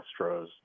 Astros